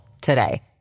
today